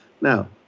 Now